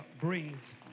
brings